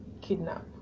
kidnap